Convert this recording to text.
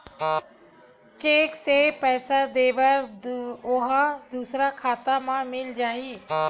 Cheque से पईसा दे बर ओहा दुसर खाता म मिल जाही?